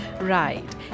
Right